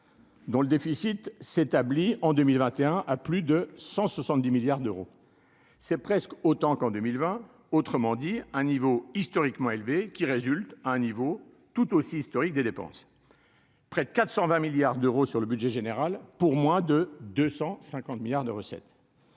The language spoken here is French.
dont le déficit s'établit en 2021 à plus de 170 milliards d'euros, c'est presque autant qu'en 2020, autrement dit un niveau historiquement élevé qui résulte à un niveau toute hausse historique des dépenses. Près de 420 milliards d'euros sur le budget général pour moins de 250 milliards de recettes.